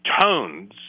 tones